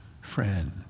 friend